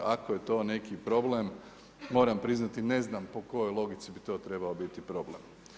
Ako je to neki problem, moram priznati, ne znam po kojoj logici bi to trebao biti problem.